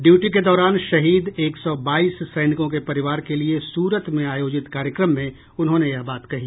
duty के दौरान शहीद एक सौ बाईस सैनिकों के परिवार के लिए सूरत में आयोजित कार्यक्रम में उन्होंने यह बात कही